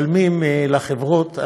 משלמים לחברות,